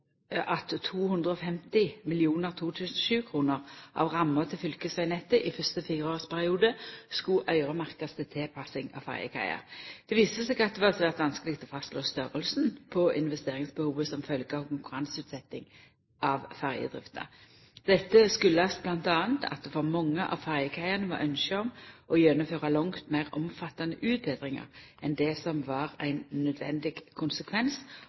at 250 mill. 2007-kroner av ramma til fylkesvegnettet i fyrste fireårsperiode skulle øyremerkast til tilpassing av ferjekaiar. Det viste seg at det var svært vanskeleg å fastslå storleiken på investeringsbehovet som følgje av konkurranseutsetjing av ferjedrifta. Dette kjem m.a. av at det for mange av ferjekaiane var ynske om å gjennomføra langt meir omfattande utbetringar enn det som var ein nødvendig konsekvens